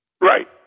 right